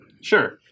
sure